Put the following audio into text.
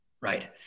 right